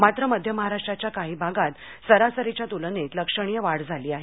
मात्र मध्य महाराष्ट्राच्या काही भागात सरासरीच्या तुलनेत लक्षणीय वाढ झाली आहे